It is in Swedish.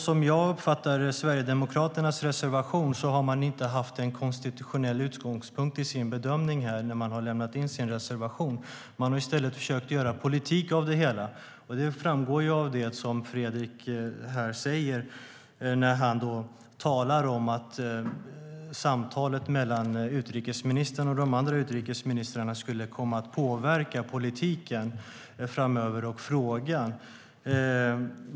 Som jag uppfattar Sverigedemokraternas reservation har man inte haft en konstitutionell utgångspunkt i sin bedömning i sin reservation. Man har i stället försökt göra politik av det hela. Det framgår också när Fredrik här talar om att samtalet mellan utrikesministern och de andra utrikesministrarna skulle komma att påverka politiken och frågan framöver.